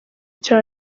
cya